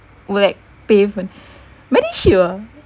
will like pay for medishield ah